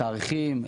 תאריכים,